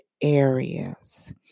areas